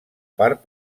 part